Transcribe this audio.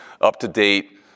up-to-date